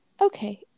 Okay